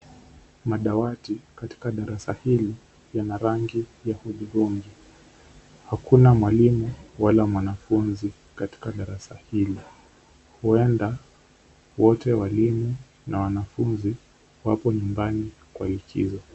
Madawati katika darasa hili lina rangi ya hudhurungi na hakuna mwalimu wala mwanafunzi katika darasa hili. Huenda wote walimu na wanafunzi wako nyumbani kwa likizo.